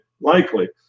likely